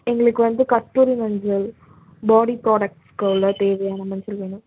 எங்களுக்கு வந்து கஸ்தூரி மஞ்சள் பாடி ப்ராடக்ட்ஸுக்குள்ள தேவையான மஞ்சள் வேணும்